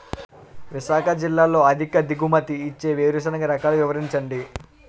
విశాఖ జిల్లాలో అధిక దిగుమతి ఇచ్చే వేరుసెనగ రకాలు వివరించండి?